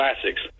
Classics